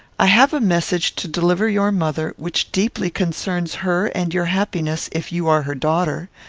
i have a message to deliver your mother which deeply concerns her and your happiness, if you are her daughter.